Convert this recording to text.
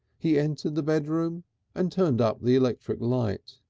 he entered the bedroom and turned up the electric light.